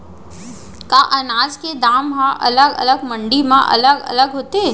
का अनाज के दाम हा अलग अलग मंडी म अलग अलग होथे?